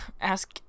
Ask